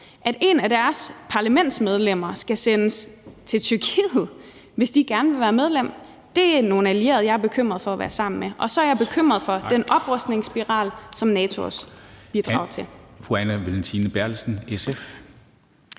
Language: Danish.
at et af deres parlamentsmedlemmer skal sendes til Tyrkiet, hvis de gerne vil være medlem. Det er nogle allierede, jeg er bekymret for at være sammen med. Og så er jeg bekymret for den oprustningsspiral, som NATO også bidrager til.